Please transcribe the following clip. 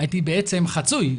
הייתי בעצם חצוי.